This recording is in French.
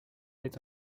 est